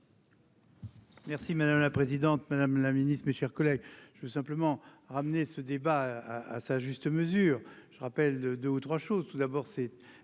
Merci madame la présidente, Madame la Ministre, mes chers collègues, je veux simplement ramener ce débat à sa juste mesure je rappelle 2 ou 3 choses : tout d'abord, c'est